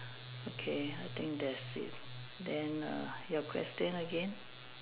okay I think that's it then err your question again